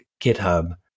GitHub